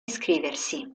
iscriversi